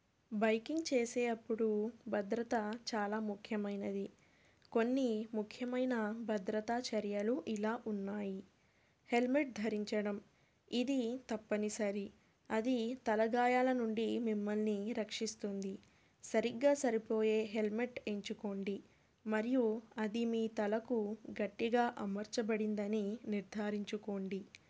biking చేసే అప్పుడు భద్రత చాలా ముఖ్యమైనది కొన్ని ముఖ్యమైన భద్రతా చర్యలు ఇలా ఉన్నాయి హెల్మెట్ ధరించడం ఇది తప్పనిసరి అది తలగాయాల నుండి మిమ్మల్ని రక్షిస్తుంది సరిగ్గా సరిపోయే హెల్మెట్ ఎంచుకోండి మరియు అది మీ తలకు గట్టిగా అమర్చబడిందని నిర్ధారించుకోండి